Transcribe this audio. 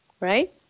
right